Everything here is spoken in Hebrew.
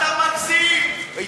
אתה מגזים.